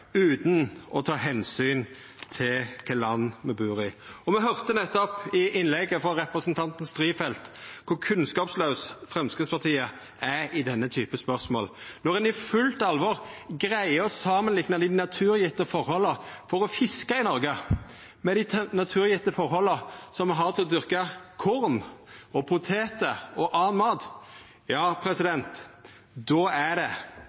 utan å ta omsyn til kva land me bur i. Og me høyrde nettopp i innlegget frå representanten Strifeldt kor kunnskapslaus Framstegspartiet er i desse spørsmåla når ein i fullt alvor greier å samanlikna dei naturgjevne forhold for å fiska i Noreg med dei naturgjevne forholda me har for å dyrka korn, poteter og annan mat. Då er det